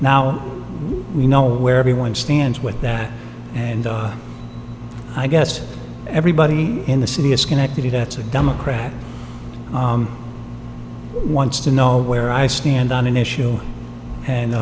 now we know where everyone stands with that and i guess everybody in the city of schenectady that's a democrat wants to know where i stand on an issue